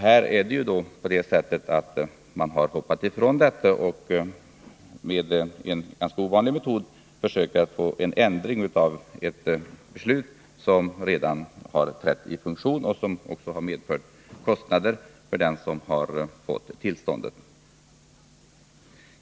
Här är det emellertid på det sättet att man har hoppat ifrån denna princip och med en ganska ovanlig metod försökt få en ändring av ett beslut som redan har trätt i funktion och som också har medfört kostnader för den som har fått tillståndet till utbyggnad.